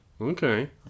Okay